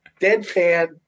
deadpan